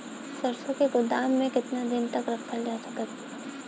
सरसों के गोदाम में केतना दिन तक रखल जा सकत बा?